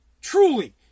Truly